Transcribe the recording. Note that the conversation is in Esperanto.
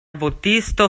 botisto